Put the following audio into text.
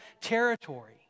territory